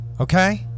Okay